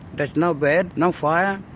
there's no bed, no fire,